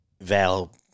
Val